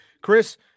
Chris